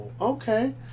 Okay